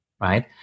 Right